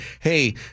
hey